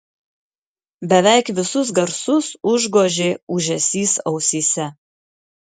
beveik visus garsus užgožė ūžesys ausyse